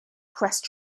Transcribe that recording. crest